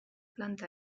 planta